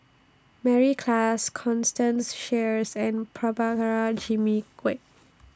Mary Klass Constance Sheares and Prabhakara Jimmy Quek